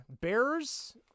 Bears